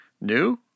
new